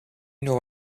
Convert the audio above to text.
know